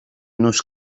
nos